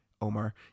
Omar